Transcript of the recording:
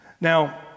Now